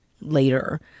later